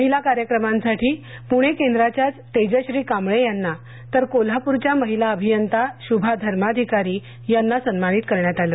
महिला कार्यक्रमांसाठी पुणे केंद्राच्याच तेजश्री कांबळे यांना तर कोल्हापूरच्या महिला अभियंता शुभा धर्माधिकारी यांना सन्मानित करण्यात आलं